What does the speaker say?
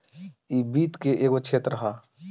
इ वित्त के एगो क्षेत्र ह